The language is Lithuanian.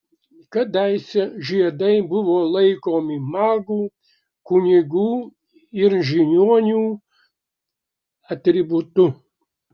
kadaise žiedai buvo laikomi magų kunigų ir žiniuonių atributu